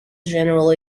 general